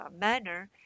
manner